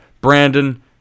Brandon